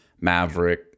Maverick